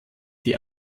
die